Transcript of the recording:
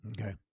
Okay